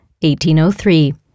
1803